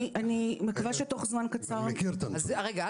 אז רגע.